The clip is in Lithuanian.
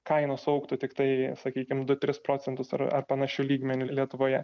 kainos augtų tiktai sakykim du tris procentus ar ar panašiu lygmeniu lietuvoje